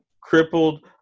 Crippled